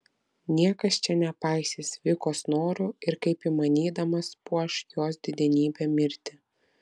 niekas čia nepaisys vikos norų ir kaip įmanydamas puoš jos didenybę mirtį